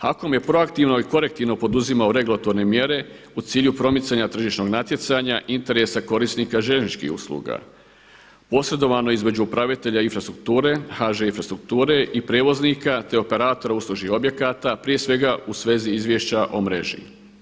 HAKOM je proaktivno i korektivno poduzimao regulatorne mjere u cilju promicanja tržišnog natjecanja, interesa korisnika željezničkih usluga posredovano između upravitelja infrastrukture, HŽ Infrastrukture i prijevoznika te operatora uslužnih objekata prije svega u svezi izvješća o mreži.